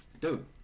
Dude